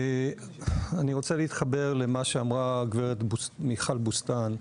אני רוצה להתחבר למה שאמרה הגברת מיכל בוסתן,